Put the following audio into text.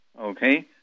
Okay